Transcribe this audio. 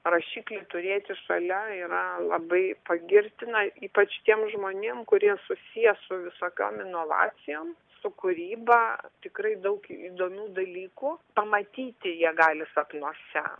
rašiklį turėti šalia yra labai pagirtina ypač tiem žmonėm kurie susiję su visokiom inovacijom su kūryba tikrai daug įdomių dalykų pamatyti jie gali sapnuose